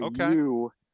Okay